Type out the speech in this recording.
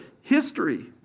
history